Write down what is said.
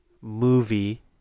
movie